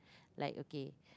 like okay